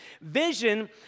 Vision